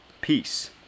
peace